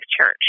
Church